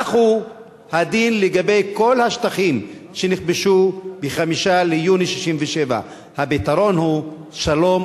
כך הוא הדין לגבי כל השטחים שנכבשו ב-5 ביוני 1967. הפתרון הוא שלום.